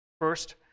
First